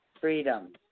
freedom